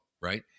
right